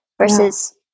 Versus